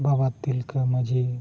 ᱵᱟᱵᱟ ᱛᱤᱞᱠᱟᱹ ᱢᱟᱹᱡᱷᱤ